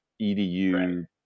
EDU